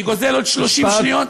אני גוזל עוד 30 שניות.